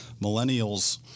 millennials